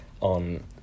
on